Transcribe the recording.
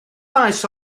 maes